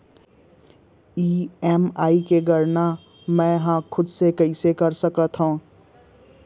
EMI के गड़ना मैं हा खुद से कइसे कर सकत हव?